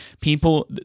people